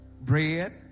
bread